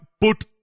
put